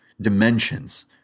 dimensions